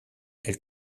elle